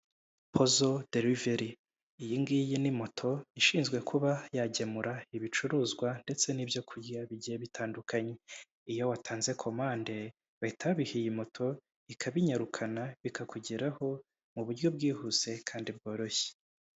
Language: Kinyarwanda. Pozo deriveri, iyi ngiyi ni moto ishinzwe kuba yagemura ibicuruzwa ndetse n'ibyo kurya bigiye bitandukanye. Iyo watanze komande bahita babiha iyi moto, ikabinyarukana bikakugeraho mu buryo bwihuse kandi bworoshye.